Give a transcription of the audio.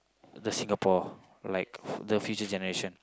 the Singapore like the future generation